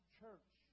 church